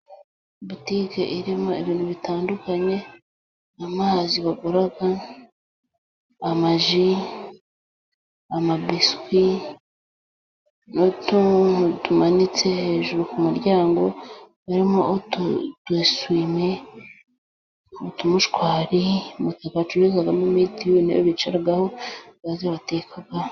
Butike irimo ibintu bitandukanye, amazi bagura, amaji, amabiswi, n'utuntu tumanitse hejuru ku muryango, harimo udusume, utumushwari, umutaka bacururirizamo mitiyu, n'intebe bicaraho, na gaze batekaho.